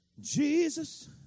Jesus